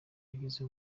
wagize